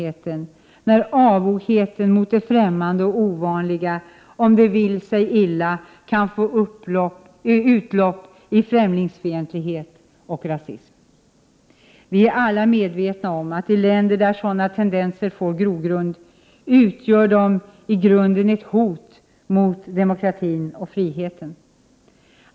1988/89:125 främmande och ovanliga, om det vill sig illa, kan få utlopp i främlingsfientlig het och rasism. Vi är alla medvetna om att i länder där sådana tendenser får grogrund, utgör de i grunden ett hot mot demokratin och friheten.